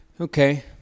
okay